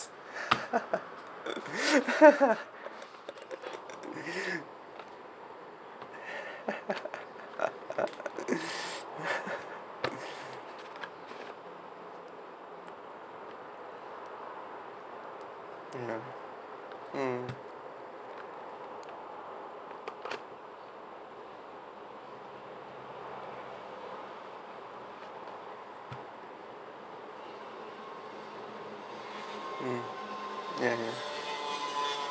mm mm mm ya ya